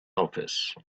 office